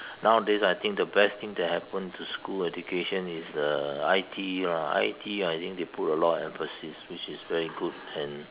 nowadays I think the best things that happen to school education is the I_T you know I_T ah I think they put a lot of emphasis which is very good and